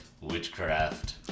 witchcraft